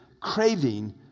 craving